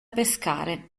pescare